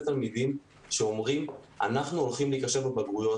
תלמידים שאומרים: אנחנו ניכשל בבגרויות,